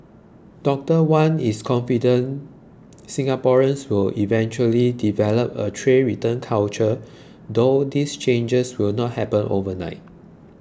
Doctor Wan is confident Singaporeans will eventually develop a tray return culture though these changes will not happen overnight